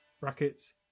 brackets